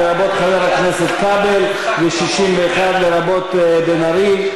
לרבות חבר הכנסת כבל, ו-61 לרבות בן ארי.